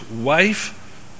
wife